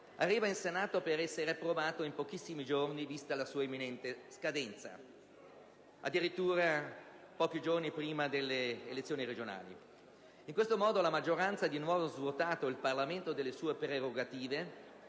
arriva in Senato per essere approvato in pochissimi giorni a causa della sua imminente scadenza, addirittura pochi giorni prima delle elezioni regionali. In questo modo, la maggioranza ha di nuovo svuotato il Parlamento delle sue prerogative,